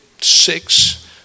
six